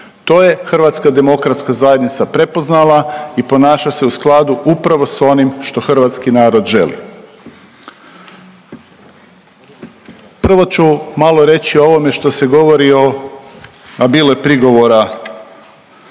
što je hrvatski narod želio da ima. To je HDZ prepoznala i ponaša se u skladu upravo s onim što hrvatski narod želi. Prvo ću malo reći o ovome što se govori o, a bilo je prigovora.